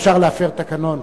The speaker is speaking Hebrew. אפשר להפר תקנון?